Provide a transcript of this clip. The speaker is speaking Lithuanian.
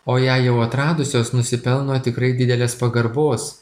o jei jau atradusios nusipelno tikrai didelės pagarbos